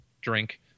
drink